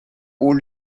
haut